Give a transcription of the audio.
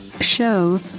Show